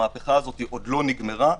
היא טרם נגמרה.